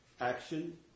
Action